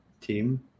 team